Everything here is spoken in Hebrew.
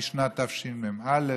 משנת תשמ"א,